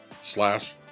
slash